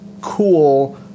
cool